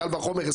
קל וחומר,